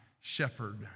shepherd